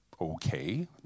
Okay